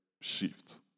shift